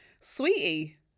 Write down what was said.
sweetie